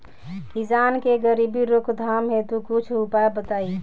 किसान के गरीबी रोकथाम हेतु कुछ उपाय बताई?